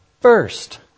first